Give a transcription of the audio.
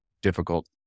difficult